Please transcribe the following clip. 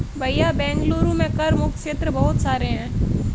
भैया बेंगलुरु में कर मुक्त क्षेत्र बहुत सारे हैं